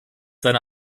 seine